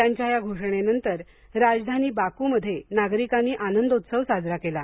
त्यांच्या या घोषणेनंतर राजधानी बाकूमध्ये नागरिकांनी आनंदोत्सव साजरा केला